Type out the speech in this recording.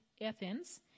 Athens